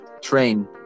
train